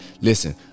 Listen